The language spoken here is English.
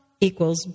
equals